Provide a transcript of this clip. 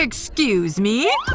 excuse me?